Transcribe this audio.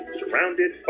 surrounded